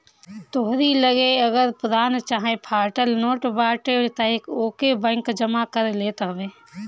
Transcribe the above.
तोहरी लगे अगर पुरान चाहे फाटल नोट बाटे तअ ओके बैंक जमा कर लेत हवे